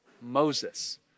Moses